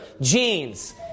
genes